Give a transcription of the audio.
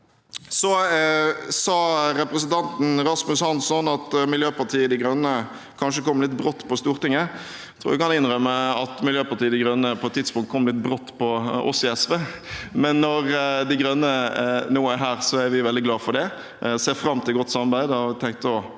Så sa representanten Rasmus Hansson at Miljøpartiet De Grønne kanskje kom litt brått på Stortinget. Jeg tror jeg kan innrømme at Miljøpartiet De Grønne på et tidspunkt kom litt brått på oss i SV. Men når Miljøpartiet De Grønne nå er her, er vi veldig glade for det. Jeg ser fram til godt samarbeid, og har tenkt å